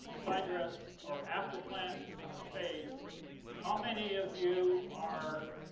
side dress or after plant phase how many of you are?